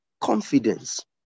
confidence